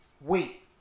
wait